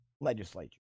legislature